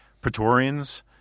Praetorians